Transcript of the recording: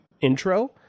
intro